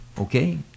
Okay